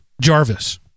Jarvis